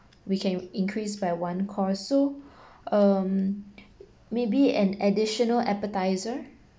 we can increase by one course so um maybe an additional appetiser